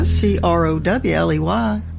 C-R-O-W-L-E-Y